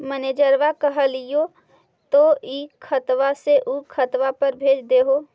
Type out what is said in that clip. मैनेजरवा के कहलिऐ तौ ई खतवा से ऊ खातवा पर भेज देहै?